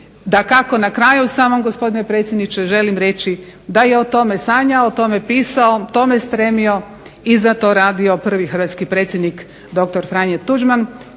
Dakako na kraju samo gospodine predsjedniče želim reći da je o tome sanjao, o tome pisao, tome stremio i za to radio prvi hrvatski predsjednik dr. Franjo Tuđman